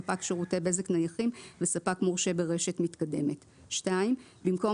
ספק שירותי בזק נייחים וספק מורשה ברשת מתקדמת,"; במקום